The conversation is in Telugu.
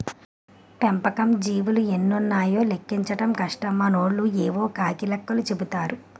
పెంపకం జీవులు ఎన్నున్నాయో లెక్కించడం కష్టం మనోళ్లు యేవో కాకి లెక్కలు చెపుతారు